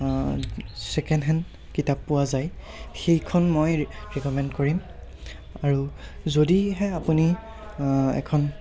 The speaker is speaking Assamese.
ছেকেণ্ড হেণ্ড কিতাপ পোৱা যায় সেইখন মই ৰিক'মেণ্ড কৰিম আৰু যদিহে আপুনি এখন